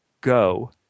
go